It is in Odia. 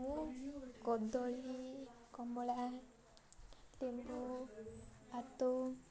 ମୁଁ କଦଳୀ କମଳା ଲେମ୍ବୁ ଆତ